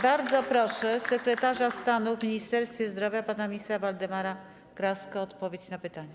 Bardzo proszę sekretarza stanu w Ministerstwie Zdrowia pana ministra Waldemara Kraskę o odpowiedź na pytania.